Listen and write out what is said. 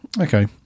okay